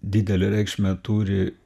didelę reikšmę turi